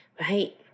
right